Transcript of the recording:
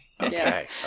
Okay